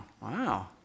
Wow